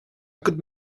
could